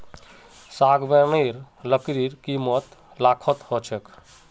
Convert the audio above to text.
सागवानेर लकड़ीर कीमत लाखत ह छेक